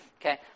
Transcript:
Okay